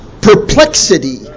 perplexity